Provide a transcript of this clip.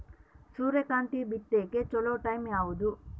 ಸೂರ್ಯಕಾಂತಿ ಬಿತ್ತಕ ಚೋಲೊ ಟೈಂ ಯಾವುದು?